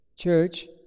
church